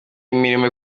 imirimo